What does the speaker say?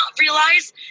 realize